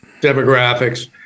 demographics